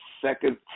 second